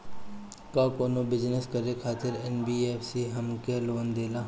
का कौनो बिजनस करे खातिर एन.बी.एफ.सी हमके लोन देला?